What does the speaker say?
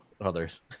others